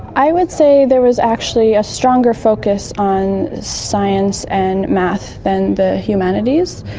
i would say there was actually a stronger focus on science and maths than the humanities,